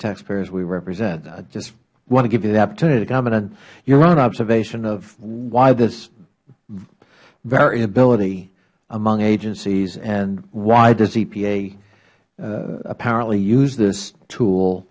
taxpayers we represent i just want to give you the opportunity to comment on your own observation of why this variability among agencies and why does epa apparently use this tool